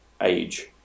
age